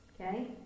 Okay